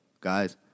Guys